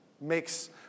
makes